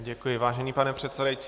Děkuji, vážený pane předsedající.